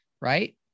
right